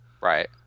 Right